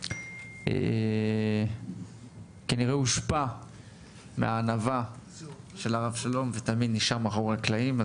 הוא כנראה הושפע מהענווה של הרב שלום ולכן הוא תמיד נשאר מאחורי הקלעים.